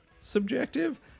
subjective